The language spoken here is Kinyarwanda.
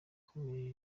akomeye